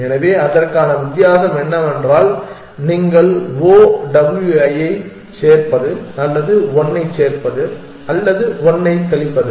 எனவே அதற்கான வித்தியாசம் என்னவென்றால் நீங்கள் O W ஐச் சேர்ப்பது அல்லது 1 ஐச் சேர்ப்பது அல்லது 1 ஐக் கழிப்பது